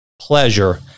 pleasure